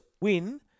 win